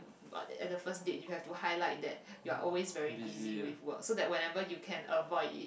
what at the first date you have to highlight that you are always very busy with work so that whenever you can avoid it